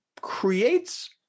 creates